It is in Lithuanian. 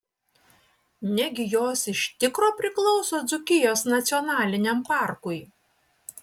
negi jos iš tikro priklauso dzūkijos nacionaliniam parkui